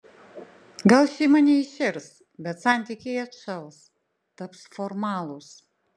gal šeima neiširs bet santykiai atšals taps formalūs